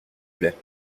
plaît